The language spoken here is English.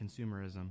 consumerism